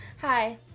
Hi